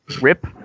rip